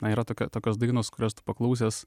na yra tokia tokios dainos kurios tu paklausęs